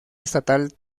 estatal